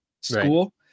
school